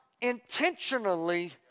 intentionally